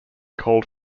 called